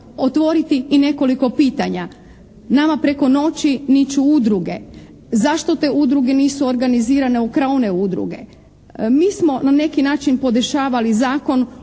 otvoriti i nekoliko pitanja. Nama preko noći niču udruge. Zašto te udruge nisu organizirane u kreone udruge. Mi smo na neki način podešavali zakon